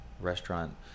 restaurant